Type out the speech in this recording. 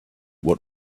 what